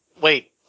Wait